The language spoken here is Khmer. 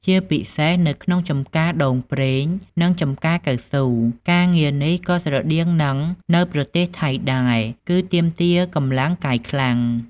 ជាពិសេសនៅក្នុង ចម្ការដូងប្រេង និង ចម្ការកៅស៊ូ ការងារនេះក៏ស្រដៀងនឹងនៅប្រទេសថៃដែរ គឺទាមទារកម្លាំងកាយខ្លាំង។